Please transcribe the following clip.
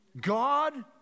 God